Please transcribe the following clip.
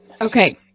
okay